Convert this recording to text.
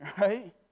right